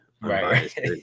Right